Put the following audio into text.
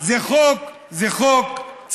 זה חוק צחוק,